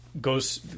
goes